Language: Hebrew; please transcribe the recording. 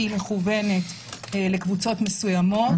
שמכוונות לקבוצות מסוימות,